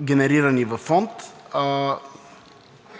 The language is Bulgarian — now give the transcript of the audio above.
генерирани във фонд,